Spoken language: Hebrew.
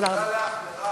תודה לכם.